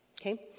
Okay